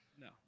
No